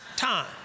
Time